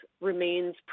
remains